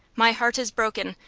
my heart is broken.